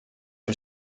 are